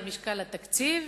על משקל התקציב